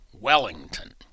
Wellington